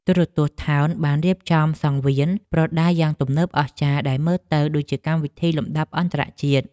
ទូរទស្សន៍ថោនបានរៀបចំសង្វៀនប្រដាល់យ៉ាងទំនើបអស្ចារ្យដែលមើលទៅដូចជាកម្មវិធីលំដាប់អន្តរជាតិ។